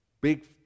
big